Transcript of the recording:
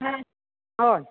अ